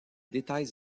détails